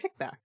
kickback